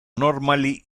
normally